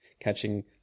catching